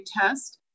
test